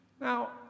Now